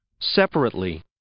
Separately